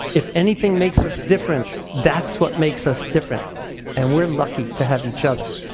if anything makes us different, that's what makes us different and we're lucky to have each other.